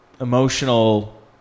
emotional